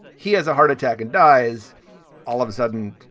he has a heart attack and dies all of a sudden.